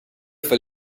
for